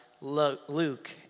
Luke